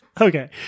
Okay